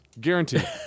Guaranteed